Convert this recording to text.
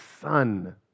son